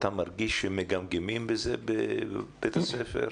אתה מרגיש שמגמגמים בזה בבית הספר?